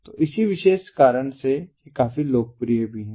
तो इसी विशेष कारण से ये काफी लोकप्रिय भी हैं